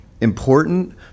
important